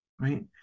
Right